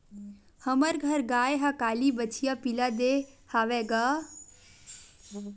हमर घर गाय ह काली बछिया पिला दे हवय गा